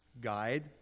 guide